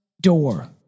door